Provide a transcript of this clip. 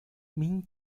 mean